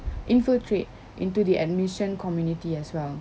infiltrate into the admission community as well